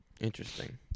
Interesting